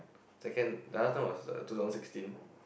second the other time was two thousand sixteen